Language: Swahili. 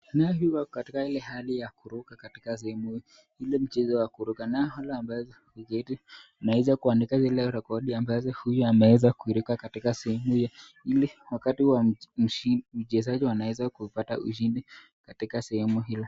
Anayekuwa katika ile hali ya kuruka katika sehemu ile mchezo wa kuruka na halafu ambazo ziketi naweza kuandika zile rekodi ambazo huyu ameweza kuiruka katika sehemu hii ili wakati wa mchezo mchezaji anaweza kupata ushindi katika sehemu hili.